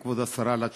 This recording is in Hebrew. כבוד השרה, על התשובה.